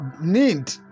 need